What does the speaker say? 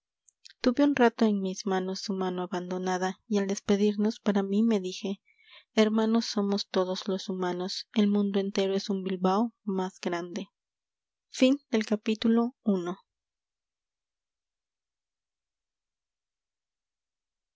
tuve un rato en mis manos su mano abandonada y al despedirnos para mí me dije hermanos somos todos los humanos el mundo entero es un bilbao más grande